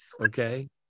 Okay